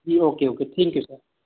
ji okay okay thank you sir